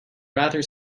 rather